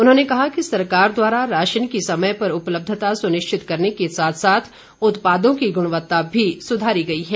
उन्होंने कहा कि सरकार द्वारा राशन की समय पर उपलब्यता सुनिश्चित करने के साथ साथ उत्पादों की गुणवत्ता भी सुधारी गई है